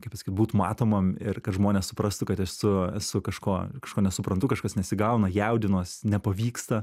kaip būt matomam ir kad žmonės suprastų kad esu esu kažko kažko nesuprantu kažkas nesigauna jaudinuos nepavyksta